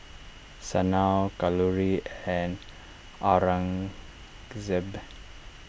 Sanal Kalluri and Aurangzeb